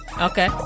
Okay